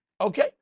okay